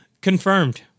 Confirmed